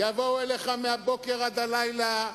יבואו אליך מהבוקר עד הלילה,